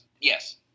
Yes